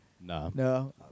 No